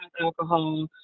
alcohol